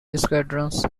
squadrons